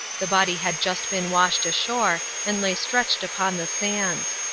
the body had just been washed ashore, and lay stretched upon the sands.